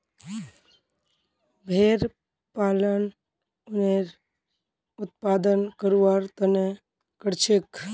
भेड़ पालन उनेर उत्पादन करवार तने करछेक